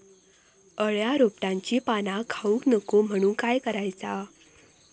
अळ्या रोपट्यांची पाना खाऊक नको म्हणून काय करायचा?